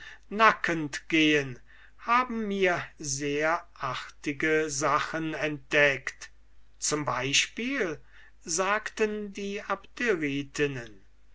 nackend gehen haben mir sehr artige sachen entdeckt zum exempel sagten die